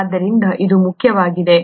ಆದ್ದರಿಂದ ಇದು ಮುಖ್ಯವಾಗಿದೆ